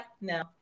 No